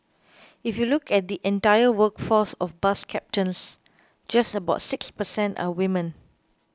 if you look at the entire workforce of bus captains just about six per cent are women